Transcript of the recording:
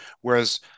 Whereas